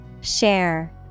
Share